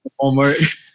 Walmart